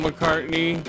McCartney